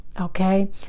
Okay